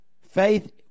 Faith